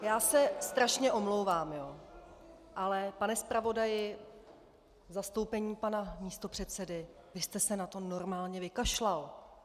Já se strašně omlouvám, ale pane zpravodaji, v zastoupení pana místopředsedy, vy jste se na to normálně vykašlal.